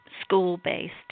school-based